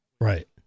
right